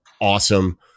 awesome